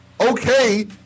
okay